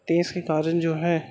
تیز کے کارن جو ہے